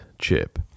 chip